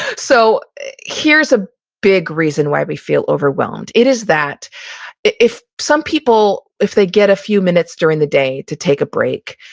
so here's a big reason why we feel overwhelmed. it is that if some people if they get a few minutes during the day to take a break,